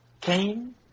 came